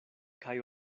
kaj